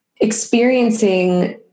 experiencing